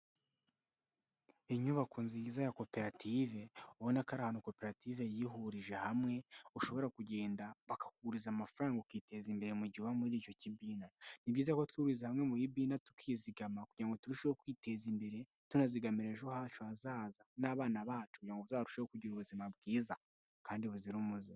Inyubako nziza ya koperative ubona ko ari ahantu koperative yihurije hamwe ushobora kugenda bakakuguriza amafaranga ukiteza imbere mugihe uba muri icyo kibina, ni byiza ko twihuriza hamwe mubi bina tukizigama, kugirango ngo turusheho kwiteza imbere tunazigamira ejo hacu hazaza n'abana bacu, kugirango tuzarusheho kugira ubuzima bwiza kandi buzira umuze.